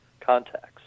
contacts